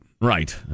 right